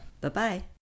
Bye-bye